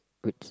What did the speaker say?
goods